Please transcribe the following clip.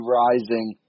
rising